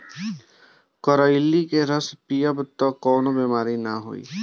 करइली के रस पीयब तअ कवनो बेमारी नाइ होई